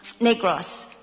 Negros